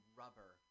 rubber